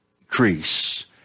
increase